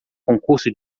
concurso